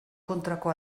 kontrako